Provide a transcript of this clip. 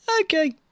Okay